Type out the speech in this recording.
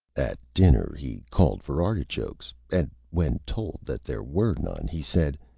at dinner he called for artichokes, and when told that there were none, he said,